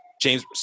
James